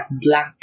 blank